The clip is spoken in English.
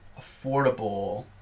affordable